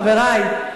חברי,